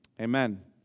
amen